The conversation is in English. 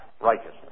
righteousness